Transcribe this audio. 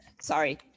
Sorry